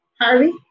Harvey